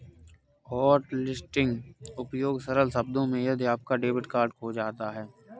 hotlisting उपयोग सरल शब्दों में यदि आपका डेबिट कार्ड खो जाता है